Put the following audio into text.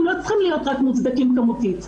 לא צריכים להיות רק מוצדקים כמותית,